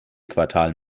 quartal